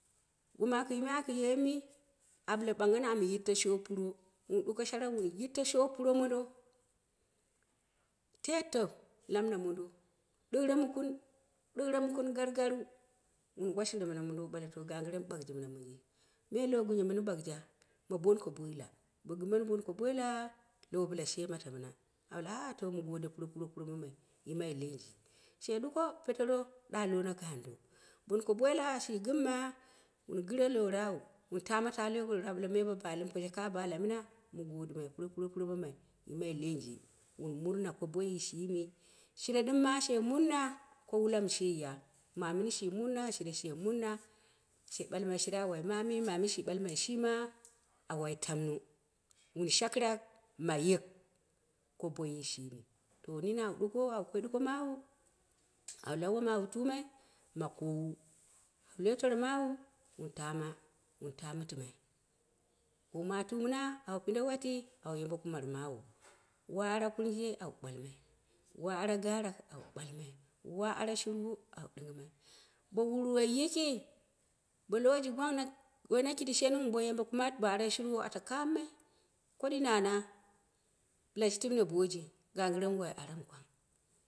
Wom ako yimai akɨye mip bangha ni am yit to shona puro, wun ɗuko sharap whu yi oto shoppuro mtato letto lamɨna modo, ɗɨ ngro mukwu, ɗɨ ng mu kun gar garu, wun washiro mɨna mondo wu bale to gagire mɨ ɓakji mɨna moji, me logunyo mɨm ɓakja, ma bonko boila, bo gɨme mi banko boila, lowobɨla she mato mɨma, a ah to mugode puro puro puro mamaii she ɗuko petero ɗa kona gando, bonko boila shi gɨmma, wun pɨre lo rawu, wun tama ta lwi gorore, aɓale me bo balomɨ ka bala mɨ ma, mu godɨ mai puro puro puro mamai yimai lenje, wuu munna ko boyi shimi, shire ɗɨmma she mumna ko wwa mɨ sheya, momini shi munna shire she munna, she ɓalmai shire a wai mami, mamini shi ɓalmai shi ma a wai tammo, wuu shakɨrak ma yik, ko boyi shimi, to boi m au ɗullo bu lau woma au tumai ma kowu, loi toro mawu, wun tama, wun ta mɨti mai, bou maɨɨ wu mɨna au pinde wati an yabe kurnar mawu, wa ara kurje au ɓwalmai, wo ara garak, au ɓwal mai wa ara shirwo au ɗingɨmai bo wurwoi yiki, bo lowo ji gwang mai na kindi shenu bo yabe kumat, ba are shirwo ata kommai, koɗi nana, bɨla shi timme boji gogɨre mu wai ara ngwa